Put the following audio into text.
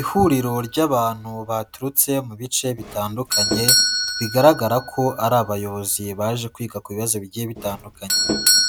Ihuriro ry'abantu baturutse mu bice bitandukanye, bigaragara ko ari abayobozi baje kwiga ku bibazo bigiye bitandukanye,